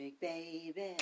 baby